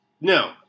No